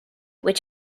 which